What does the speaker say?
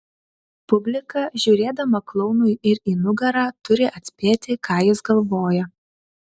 publika žiūrėdama klounui ir į nugarą turi atspėti ką jis galvoja